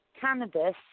Cannabis